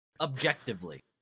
objectively